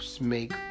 make